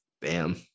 bam